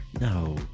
no